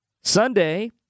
Sunday